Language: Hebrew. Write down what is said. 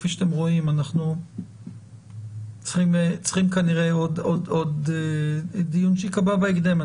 כפי שאתם רואים אנחנו צריכים כנראה עוד דיון שייקבע בהקדם.